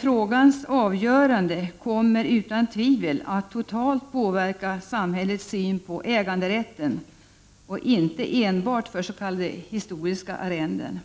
Frågans avgörande kommer utan tvivel att totalt påverka samhällets syn på äganderätten, inte enbart på s.k. historiska arrenden.